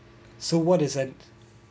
so what is an